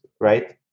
right